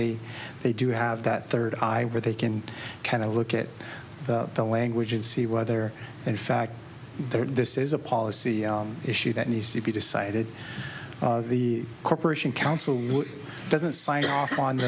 they they do have that third eye where they can kind of look at the language and see whether in fact there are this is a policy issue that needs to be decided the corporation council doesn't sign off on